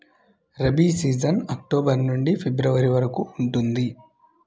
rabi season October నుండి February వరకు ఉంటుంది